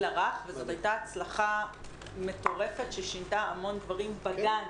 הרך וזאת הייתה הצלחה מטורפת ששינתה המון דברים בגן.